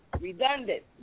redundant